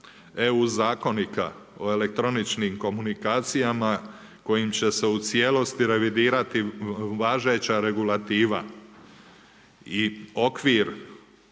EU zakonika o elektroničkim komunikacijama kojim će se u cijelosti revidirati važeća regulativa i okvir